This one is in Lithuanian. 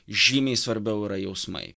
žymiai svarbiau yra jausmai